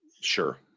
sure